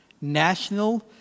national